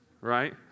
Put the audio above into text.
right